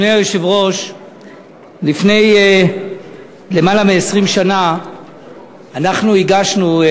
לפני למעלה מ-20 שנה אנחנו הגשנו,